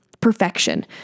perfection